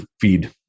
feed